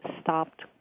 stopped